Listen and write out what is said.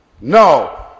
No